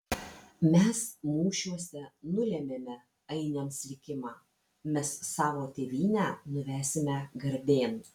mes mūšiuose nulėmėme ainiams likimą mes savo tėvynę nuvesime garbėn